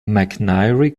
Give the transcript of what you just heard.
mcnairy